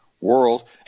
world